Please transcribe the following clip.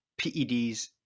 PEDs